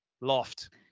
Loft